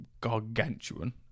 gargantuan